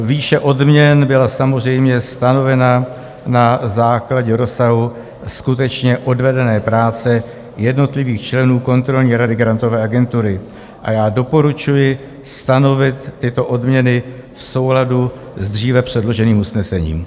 Výše odměn byla samozřejmě stanovena na základě rozsahu skutečně odvedené práce jednotlivých členů kontrolní rady Grantové agentury a já doporučuji stanovit tyto odměny v souladu s dříve předloženým usnesením.